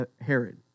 Herod